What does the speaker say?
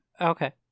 okay